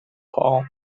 paul